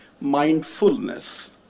mindfulness